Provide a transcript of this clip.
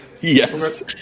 Yes